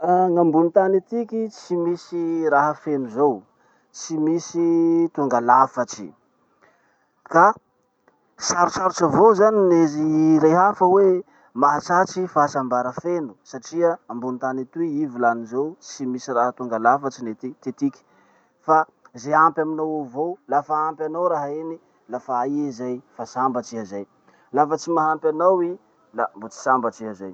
Ah! Gn'ambony tany etiky, tsy misy raha feno zao, tsy misy tonga lafatsy. Ka sarotsarotsy avao zany nizy- hirehafa hoe mahatratry fahasambara feno satria ambony tany etoy, i volany zao, tsy misy tonga lafatsy ny etiky, ty etiky. Fa ze ampy aminao ao avao. Lafa ampy anao zany raha iny, lafa i zay, fa sambatsy iha zay. Lafa tsy mahampy anao i, la mbo tsy sambatsy iha zay.